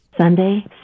Sunday